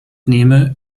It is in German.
nehme